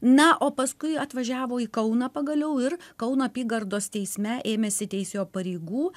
na o paskui atvažiavo į kauną pagaliau ir kauno apygardos teisme ėmėsi teisėjo pareigų